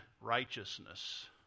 righteousness